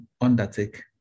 undertake